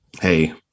Hey